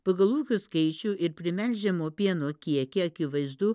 pagal ūkių skaičių ir primelžiamo pieno kiekį akivaizdu